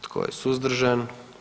Tko je suzdržan?